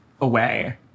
away